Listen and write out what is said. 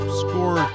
score